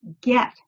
get